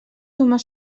sumar